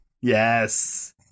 Yes